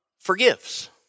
forgives